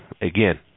again